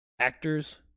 actors